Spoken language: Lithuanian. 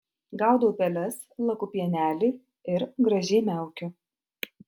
gaudau peles laku pienelį ir gražiai miaukiu